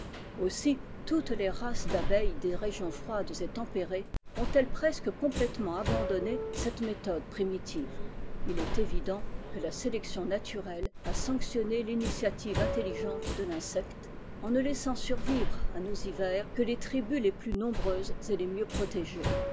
aussi tontes les races d'abeilles des régions froides et tempérées ont-elles presque complètement abandonné cette méthode primitive il est évident que la sélection naturelle a sanctionné l'initiative intelligente de tinsecte en ne laissant survivre à nos hivers que les tribus les plus nombreuses et les mieux protégées